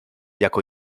jako